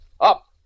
Up